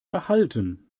erhalten